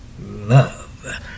love